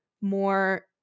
more